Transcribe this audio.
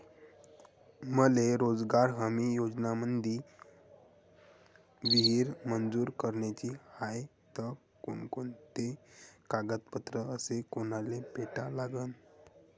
मले रोजगार हमी योजनेमंदी विहीर मंजूर कराची हाये त कोनकोनते कागदपत्र अस कोनाले भेटा लागन?